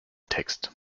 text